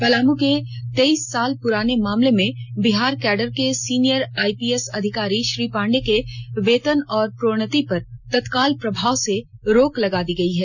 पलामू के तेईस साल प्राने मामले में बिहार कैडर के सीनियर आइपीएस अधिकारी श्री पांडे के वेतन और प्रोन्नति पर तत्काल प्रभाव से रोक लगा दी गई है